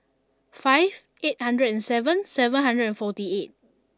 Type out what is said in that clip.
five eight hundred and seven seven hundred and forty eight